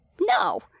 No